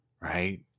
right